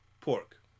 pork